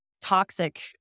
toxic